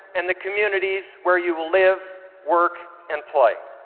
and the communities where you will live, work, and play.